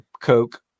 Coke